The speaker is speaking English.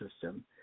system